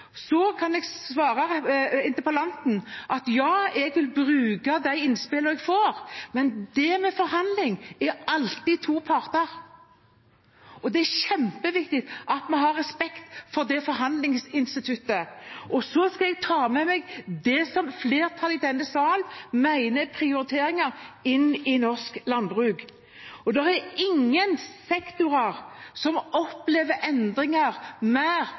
Så kan jeg svare interpellanten at ja, jeg vil bruke de innspillene jeg får, men i en forhandling er det alltid to parter, og det er kjempeviktig at vi har respekt for forhandlingsinstituttet. Så skal jeg ta med meg det som flertallet i denne sal mener er prioriteringer, inn i norsk landbruk. Det er ingen sektor som opplever endringer mer